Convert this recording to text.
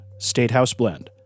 StatehouseBlend